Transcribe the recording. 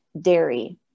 dairy